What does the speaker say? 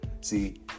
see